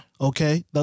Okay